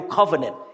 Covenant